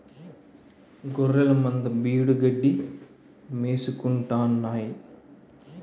గొఱ్ఱెలమంద బీడుగడ్డి మేసుకుంటాన్నాయి